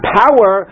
power